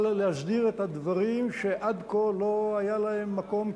להסדיר את הדברים שעד כה לא היה להם מקום,